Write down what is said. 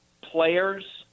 players